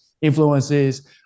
influences